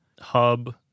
hub